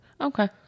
Okay